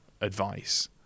advice